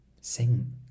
sing